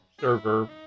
server